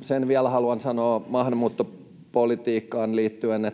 Sen vielä haluan sanoa maahanmuuttopolitiikkaan liittyen,